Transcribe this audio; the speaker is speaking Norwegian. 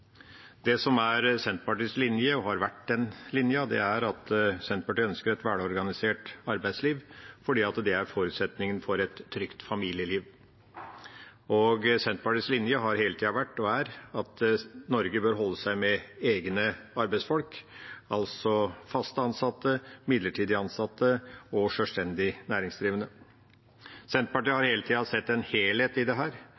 og har vært Senterpartiets linje, er at Senterpartiet ønsker et velorganisert arbeidsliv, fordi det er forutsetningen for et trygt familieliv. Og Senterpartiets linje har hele tida vært og er at Norge bør holde seg med egne arbeidsfolk, altså fast ansatte, midlertidig ansatte og sjølstendig næringsdrivende. Senterpartiet har hele tida sett en helhet i dette, at vi skal organisere arbeidslivet sånn at det